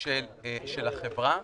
של החברה.